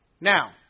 Now